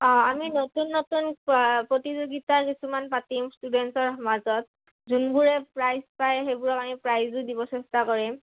অঁ আমি নতুন নতুন প্ৰতিযোগিতা কিছুমান পাতিম ষ্টুডেণ্টৰ সমাজত যোনবোৰে প্ৰাইজ পায় সেইবোৰক আমি প্ৰাইজো দিব চেষ্টা কৰিম